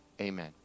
amen